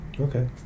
Okay